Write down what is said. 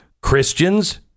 Christians